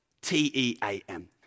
T-E-A-M